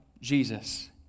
Jesus